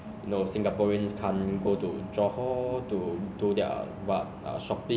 enter ah malaysia anywhere to you know do whatever we want